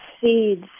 seeds